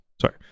Sorry